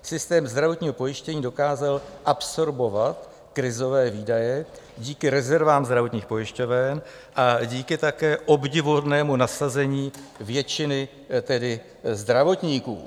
Systém zdravotního pojištění dokázal absorbovat krizové výdaje díky rezervám zdravotních pojišťoven a díky také obdivuhodnému nasazení většiny zdravotníků.